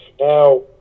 Now